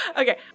Okay